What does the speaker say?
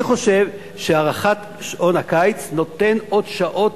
אני חושב שהארכת שעון הקיץ נותנת עוד שעות